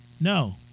no